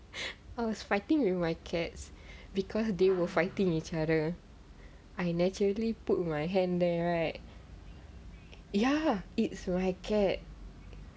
I was fighting with my cats because they were fighting each other I naturally put my hand there right ya it's why cat